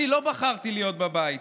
אני לא בחרתי להיות בבית.